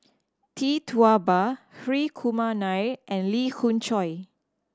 Tee Tua Ba Hri Kumar Nair and Lee Khoon Choy